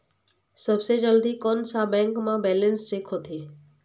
सबसे जल्दी कोन सा बैंक म बैलेंस चेक होथे?